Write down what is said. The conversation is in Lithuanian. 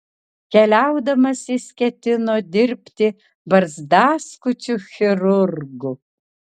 keliaudamas jis ketino dirbti barzdaskučiu chirurgu